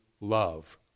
love